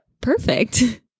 perfect